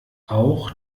auch